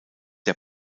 der